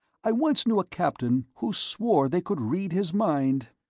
i once knew a captain who swore they could read his mind.